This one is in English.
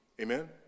Amen